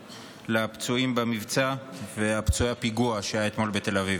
לפצועים במבצע ופצועי הפיגוע שהיה אתמול בתל אביב.